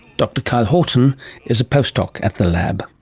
dr kyle horton is a postdoc at the lab.